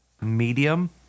medium